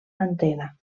antena